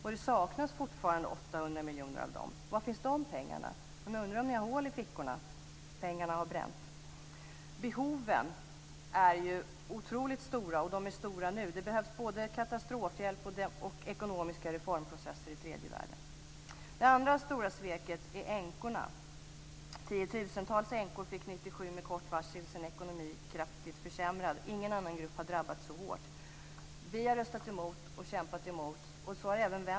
Och det saknas fortfarande 800 miljoner av dem. Var finns de pengarna? Man undrar om ni har hål i fickorna. Pengarna har bränt. Behoven är ju otroligt stora, och de är stora nu. Det behövs både katastrofhjälp och ekonomiska reformprocesser i tredje världen. Det andra stora sveket gäller änkorna. Tiotusentals änkor fick 1997 med kort varsel sin ekonomi kraftigt försämrad. Ingen annan grupp har drabbats så hårt.